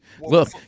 look